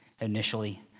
initially